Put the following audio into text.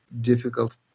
difficult